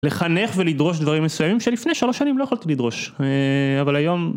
לחנך ולדרוש דברים מסוימים שלפני שלוש שנים לא יכולתי לדרוש. אה... אבל היום